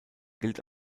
gilt